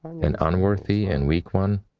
and unworthy and weak one.